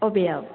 बबेयाव